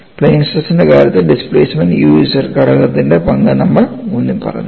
plain സ്ട്രെസ്ന്റെ കാര്യത്തിൽ displacement u z ഘടകത്തിന്റെ പങ്ക് നമ്മൾ ഊന്നി പറഞ്ഞു